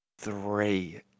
three